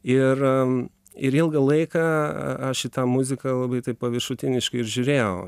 ir ir ilgą laiką aš į tą muziką labai taip paviršutiniškai ir žiūrėjau